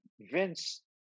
Vince